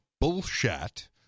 bullshit